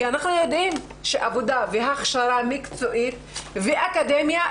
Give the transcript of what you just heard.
כי אנחנו יודעים שעבודה והכשרה מקצועית ואקדמיה,